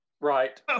Right